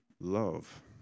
love